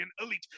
elite